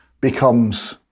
becomes